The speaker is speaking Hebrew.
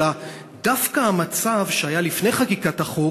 אלא דווקא המצב שהיה לפני חקיקת החוק,